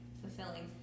fulfilling